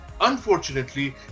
Unfortunately